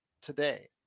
today